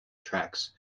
tracks